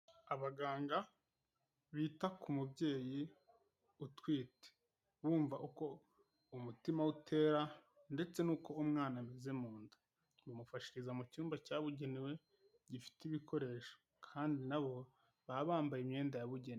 Abaganga bita ku mubyeyi utwite, bumva uko umutima we utera ndetse n'uko umwana ameze mu nda. Bamufashiriza mu cyumba cyabugenewe gifite ibikoresho kandi nabo baba bambaye imyenda yabugenewe.